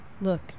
Look